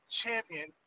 champion